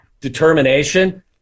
determination